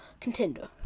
contender